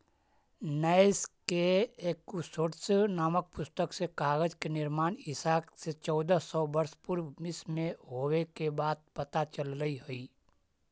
नैश के एकूसोड्स् नामक पुस्तक से कागज के निर्माण ईसा से चौदह सौ वर्ष पूर्व मिस्र में होवे के बात पता चलऽ हई